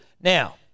now